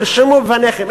תרשמו בפניכם,